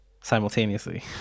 simultaneously